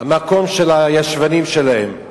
המקום של הישבנים שלהם,